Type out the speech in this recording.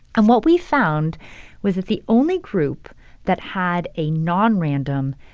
and what we found was that the only group that had a non-random,